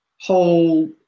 whole